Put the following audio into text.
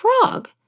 frog